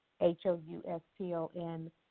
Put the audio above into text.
H-O-U-S-T-O-N